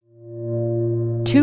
Two